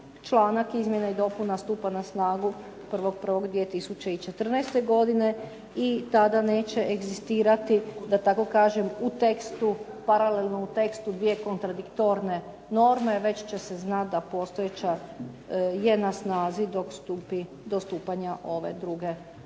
članak izmjena i dopuna stupa na snagu 1.1.2014. godine i tada neće egzistirati da tako kažem paralelno u tekstu dvije kontradiktorne norme već će se znati da postojeća je na snazi do stupanja ove druge odredbe